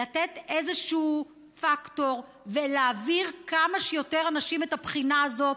לתת איזשהו פקטור ולהעביר כמה שיותר אנשים את הבחינה הזאת,